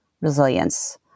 resilience